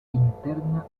interna